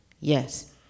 Yes